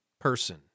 person